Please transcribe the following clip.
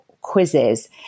quizzes